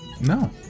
No